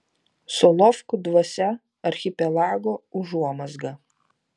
solovkų dvasia archipelago užuomazga